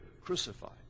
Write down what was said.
crucified